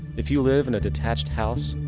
if you live in a detached house,